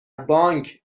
بانک